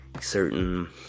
certain